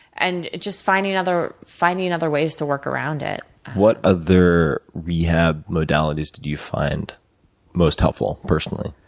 and, just finding other finding and other ways to work around it. what other rehab modalities did you find most helpful, personally?